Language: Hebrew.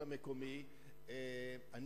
כן.